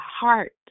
heart